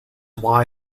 why